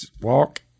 walk